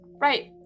right